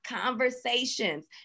conversations